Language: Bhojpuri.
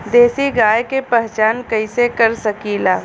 देशी गाय के पहचान कइसे कर सकीला?